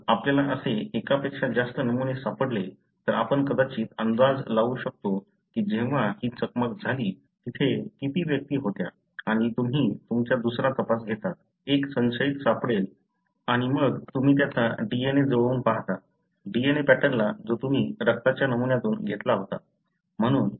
जर आपल्याला असे एकापेक्षा जास्त नमुने सापडले तर आपण कदाचित अंदाज लावू शकतो की जेव्हा ही चकमक झाली तिथे किती व्यक्ती होत्या आणि तुम्ही तुमच्या दुसरा तपास घेतात एक संशयित सापडेल आणि मग तुम्ही त्याचा DNA जुळवून पाहता DNA पॅटर्नला जो तुम्ही रक्ताच्या नमुन्यातून घेतला होता